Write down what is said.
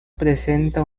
presenta